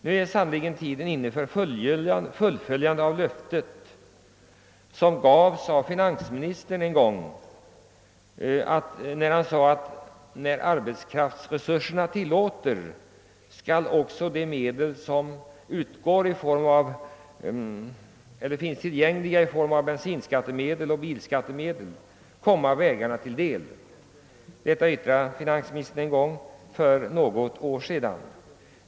Nu är sannerligen tiden inne för ett fullföljande av ett löfte som finansministern en gång givit, att när arbetskraftsresurserna tillåter skall de pengar man får in i form av bensinskattemedel och bilskattemedel också komma vägarna till del. Det yttrade han för något år sedan.